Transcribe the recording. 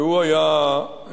והוא היה פותח